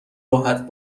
راحت